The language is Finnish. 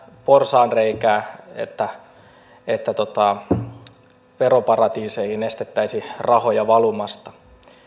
porsaanreikää että veroparatiiseihin estettäisiin rahoja valumasta